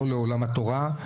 לא לעולם התורה,